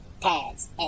Pads